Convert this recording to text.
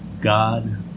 God